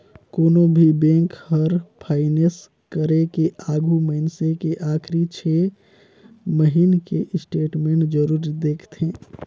कोनो भी बेंक हर फाइनेस करे के आघू मइनसे के आखरी छे महिना के स्टेटमेंट जरूर देखथें